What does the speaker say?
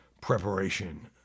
preparation